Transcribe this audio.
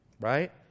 right